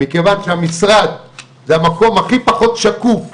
מכיוון שהמשרד זה המקום הכי פחות שקוף,